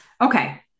Okay